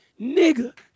nigga